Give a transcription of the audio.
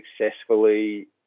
successfully